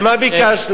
מה ביקשנו?